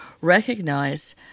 recognize